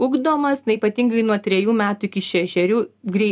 ugdomas na ypatingai nuo trejų metų iki šešerių grei